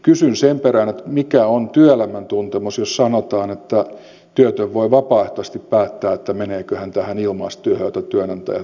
kysyn sen perään mikä on työelämän tuntemus jos sanotaan että työtön voi vapaaehtoisesti päättää meneekö hän tähän ilmaistyöhön jota työnantaja tarjoaa